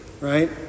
right